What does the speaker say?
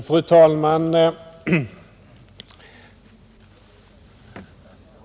Fru talman!